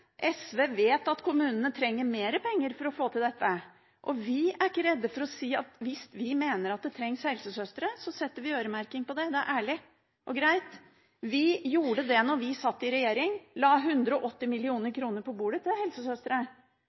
er ikke redde for å si at hvis vi mener at det trengs helsesøstre, så setter vi øremerking på det – det er ærlig og greit. Vi gjorde det da vi satt i regjering; vi la 180 mill. kr på bordet til helsesøstre.